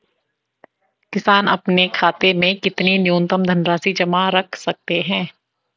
किसान अपने खाते में कितनी न्यूनतम धनराशि जमा रख सकते हैं?